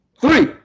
three